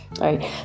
right